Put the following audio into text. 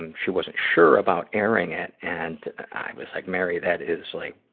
and she wasn't sure about airing it. and, i was like, mary, that is like,